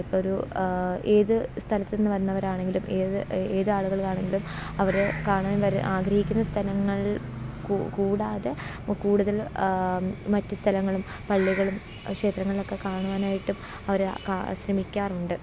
ഇപ്പോൾ ഒരു ഏത് സ്ഥലത്തുനിന്ന് വരുന്നവരാണെങ്കിലും ഏത് ഏതാളുകളാണെങ്കിലും അവരെ കാണാൻ അവർ ആഗ്രഹിക്കുന്ന സ്ഥലങ്ങൾ കൂടാതെ കൂടുതൽ മറ്റു സ്ഥലങ്ങളും പള്ളികളും ഷേത്രങ്ങളുമൊക്കെ കാണുവാനായിട്ടും അവർ ശ്രമിക്കാറുണ്ട്